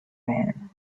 man